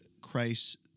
Christ